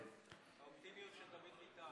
האופטימיות של דוד ביטן.